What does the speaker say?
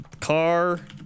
Car